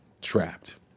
trapped